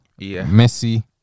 Messi